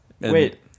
Wait